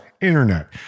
Internet